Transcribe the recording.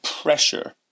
pressure